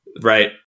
Right